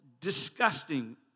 disgusting